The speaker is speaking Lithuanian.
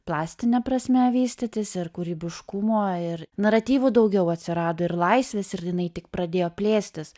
plastine prasme vystytis ir kūrybiškumo ir naratyvų daugiau atsirado ir laisvės ir jinai tik pradėjo plėstis